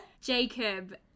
Jacob